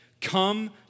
Come